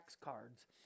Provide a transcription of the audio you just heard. cards